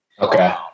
Okay